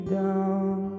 down